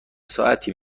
ساعتی